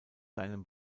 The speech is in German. seinem